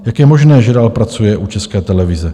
Jak je možné, že dál pracuje u České televize?